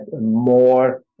more